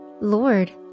Lord